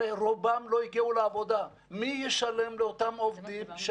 הרי רובם לא הגיעו לעבודה, מי ישלם לאותם עובדים?